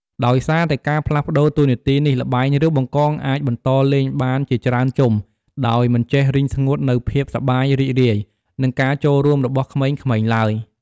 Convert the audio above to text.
ដោយសារតែការផ្លាស់ប្តូរតួនាទីនេះ ល្បែង រាវបង្កង អាចបន្តលេងបានជាច្រើនជុំ ដោយមិនចេះរីងស្ងួតនូវភាពសប្បាយរីករាយ និងការចូលរួមរបស់ក្មេងៗឡើយ។